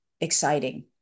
exciting